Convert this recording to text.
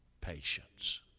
patience